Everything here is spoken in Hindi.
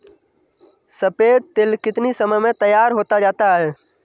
सफेद तिल कितनी समय में तैयार होता जाता है?